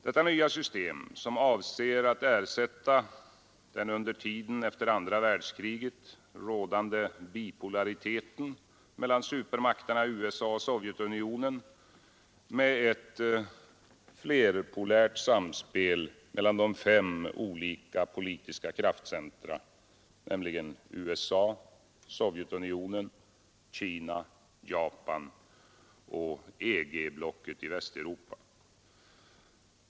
Detta nya system avser att ersätta den under tiden efter andra världskriget rådande bipolariteten mellan supermakterna USA och Sovjetunionen med ett flerpolärt samspel mellan fem olika politiska kraftcentra, nämligen USA, Sovjetunionen, Kina, Japan och EG-blocket i Västeuropa.